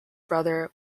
brother